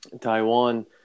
Taiwan